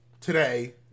today